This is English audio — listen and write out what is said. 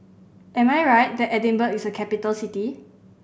am I right that Edinburgh is a capital city